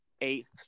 eighth